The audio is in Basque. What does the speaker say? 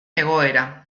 egoera